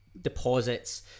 deposits